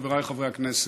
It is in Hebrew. חבריי חברי הכנסת,